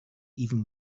even